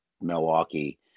Milwaukee –